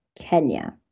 Kenya